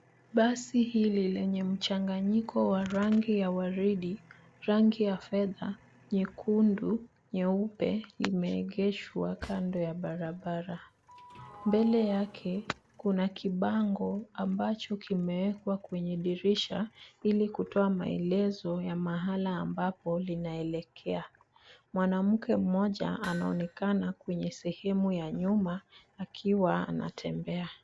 Basi hili lenye mchanganyiko ya rangi ya waridi, rangi ya fedha, nyekundu, nyeupe imeegeshwa kando ya barabara. Mbele yake kuna kibango ambacho kimewekwa kwenye dirisha ili kutoa maelezo ya mahali ambapo linaelekea. Mwanamke mmoja anaonekana kwenye sehemu ya nyuma akiwa anatembea.